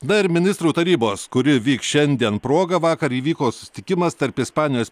na ir ministrų tarybos kuri vyks šiandien proga vakar įvyko susitikimas tarp ispanijos